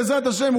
בעזרת השם,